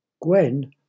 Gwen